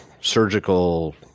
surgical